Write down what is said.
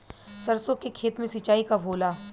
सरसों के खेत मे सिंचाई कब होला?